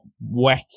wet